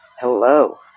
hello